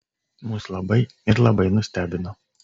mus labai ir labai nustebino